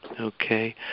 okay